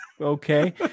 Okay